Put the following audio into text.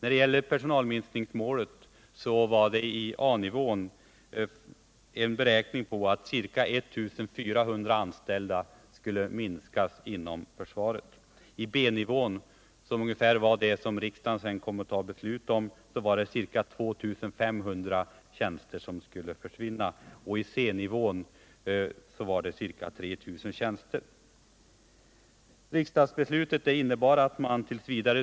I A-nivån beräknades antalet anställda inom försvaret minska med 1 400. I B-nivån, som ungefär var vad riksdagen sedan kom att fatta beslut om, skulle ca 2 500 tjänster försvinna och i C-nivån ca 3 000. Riksdagsbeslutet innebar alltså att man t.v.